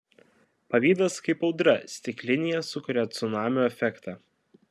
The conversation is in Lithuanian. pavydas kaip audra stiklinėje sukuria cunamio efektą